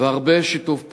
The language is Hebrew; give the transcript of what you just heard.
והרבה שיתוף פעולה.